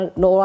no